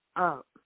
up